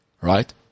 right